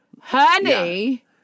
Honey